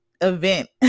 event